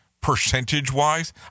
percentage-wise